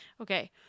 Okay